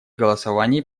голосовании